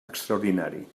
extraordinari